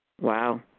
Wow